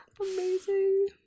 amazing